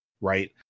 right